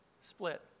split